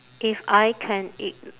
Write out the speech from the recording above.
if I can ig~